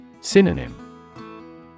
Synonym